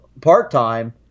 part-time